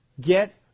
Get